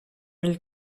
mille